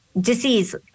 disease